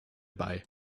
bei